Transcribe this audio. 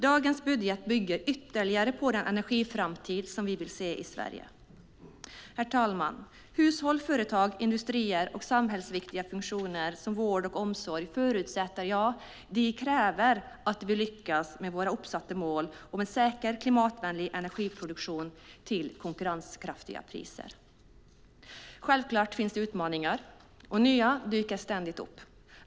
Dagens budget bygger ytterligare på den energiframtid vi vill se i Sverige. Herr talman! Hushåll, företag, industrier och samhällsviktiga funktioner förutsätter, ja, kräver att vi lyckas med våra uppsatta mål och med säker klimatvänlig energiproduktion till konkurrenskraftiga priser. Självklart finns det utmaningar, och nya dyker ständigt upp.